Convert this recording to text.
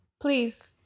Please